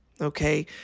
okay